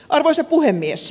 arvoisa puhemies